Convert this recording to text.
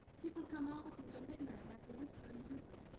people come out into midnight like a whispering river,